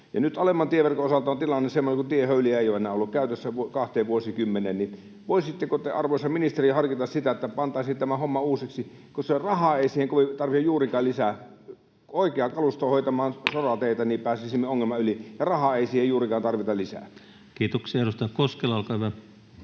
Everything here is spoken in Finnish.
kun alemman tieverkon osalta on tilanne semmoinen, että tiehöyliä ei ole enää ollut käytössä kahteen vuosikymmeneen, niin voisitteko te, arvoisa ministeri, harkita sitä, että pantaisiin tämä homma uusiksi, kun rahaa ei siihen tarvitse juurikaan lisää. Oikea kalusto hoitamaan sorateitä, niin pääsisimme ongelman yli — rahaa ei siihen juurikaan tarvita lisää. [Speech 533] Speaker: